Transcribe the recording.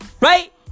Right